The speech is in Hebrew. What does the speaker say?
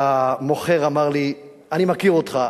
והמוכר אמר לי: אני מכיר אותך,